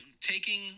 taking